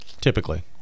typically